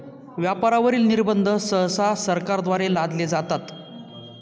व्यापारावरील निर्बंध सहसा सरकारद्वारे लादले जातात